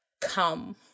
come